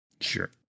Sure